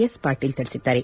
S Patil ತಿಳಿಸಿದ್ದಾರೆ